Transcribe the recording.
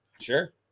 Sure